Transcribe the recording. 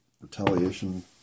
retaliation